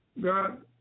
God